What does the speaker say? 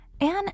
Anne